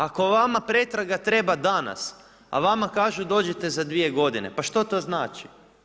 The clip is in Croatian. Ako vama pretraga treba danas a vama kažu dođite za dvije godine, pa što to znači?